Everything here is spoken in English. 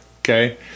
okay